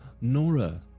nora